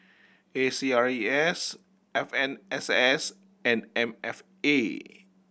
A C R E S F M S S and M F A